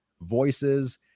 voices